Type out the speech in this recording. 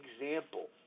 example